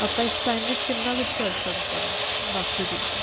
ਆਪਾਂ ਇਸ ਟਾਈਮ ਵਿੱਚ ਕਿੰਨਾ ਕੁਛ ਕਰ ਸਕਦੇ ਹਾਂ ਬਾਕੀ ਚੀਜ਼ਾਂ